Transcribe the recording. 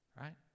Right